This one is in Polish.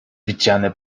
widziane